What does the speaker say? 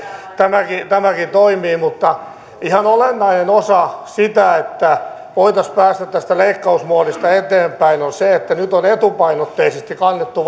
tämäkin tämäkin toimii ihan olennainen osa sitä että voitaisiin päästä tästä leikkausmoodista eteenpäin on se että nyt on etupainotteisesti kannettu